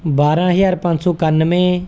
ਬਾਰਾਂ ਹਜ਼ਾਰ ਪੰਜ ਸੌ ਇਕਾਨਵੇਂ